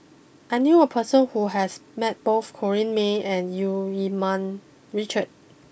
I knew a person who has met both Corrinne May and Eu Keng Mun Richard